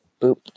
Boop